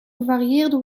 gevarieerde